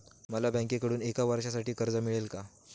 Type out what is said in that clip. मला बँकेकडून एका वर्षासाठी कर्ज मिळेल का?